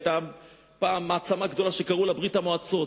היתה פעם מעצמה גדולה שקראו לה ברית-המועצות,